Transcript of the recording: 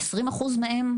עשרים אחוז מהם,